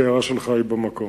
כי ההערה שלך היא במקום.